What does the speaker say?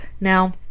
Now